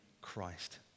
Christ